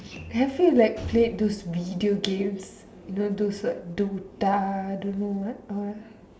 have you like played those video games you know those D_O_T_A don't know what all